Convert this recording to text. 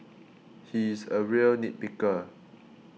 he is a real nit picker